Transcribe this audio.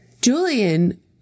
Julian